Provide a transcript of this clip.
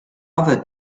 other